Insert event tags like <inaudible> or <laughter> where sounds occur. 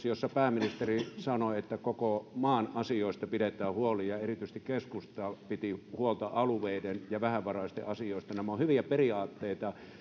<unintelligible> jossa pääministeri sanoi että koko maan asioista pidetään huoli ja erityisesti keskusta piti huolta alueiden ja vähävaraisten asioista nämä ovat hyviä periaatteita